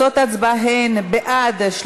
בעד,